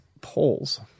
polls